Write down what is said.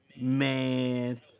man